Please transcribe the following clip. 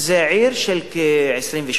זה עיר של כ-28,000,